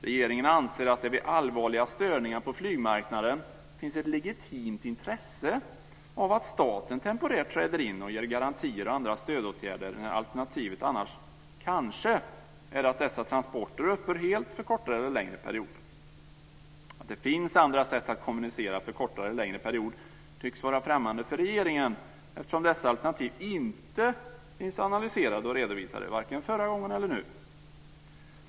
Regeringen anser att det vid allvarliga störningar på flygmarknaden finns ett legitimt intresse av att staten temporärt träder in och ger garantier och andra stödåtgärder när alternativet annars kanske är att dessa transporter upphör helt för kortare eller längre period. Att det finns andra sätt att kommunicera, för kortare eller längre period, tycks vara främmande för regeringen eftersom dessa alternativ inte finns analyserade och redovisade, vare sig förra gången eller nu.